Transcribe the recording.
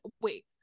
Wait